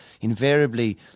invariably